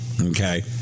Okay